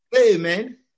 Amen